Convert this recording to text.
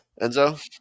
Enzo